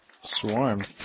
Swarm